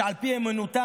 שעל פי אמונתם